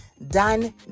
done